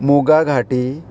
मुगाघाटी